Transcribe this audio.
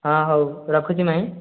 ହଁ ହଉ ରଖୁଛି ମାଇଁ